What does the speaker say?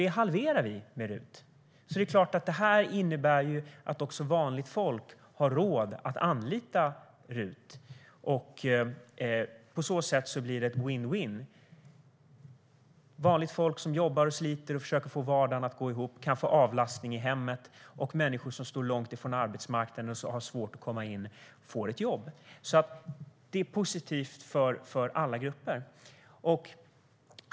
Det halverar vi med RUT. Det innebär att också vanligt folk har råd att anlita RUT. På så sätt blir det en vinn-vinnsituation. Vanligt folk som jobbar och sliter och försöker få vardagen att gå ihop kan få avlastning i hemmet, och människor som står långt från arbetsmarknaden och har svårt att komma in får ett jobb. Det är alltså positivt för alla grupper.